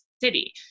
city